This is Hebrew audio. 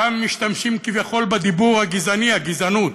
שם משתמשים כביכול בדיבור הגזעני, הגזענות.